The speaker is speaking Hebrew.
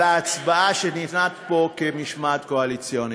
ההצבעה שתהיה פה במשמעת קואליציונית.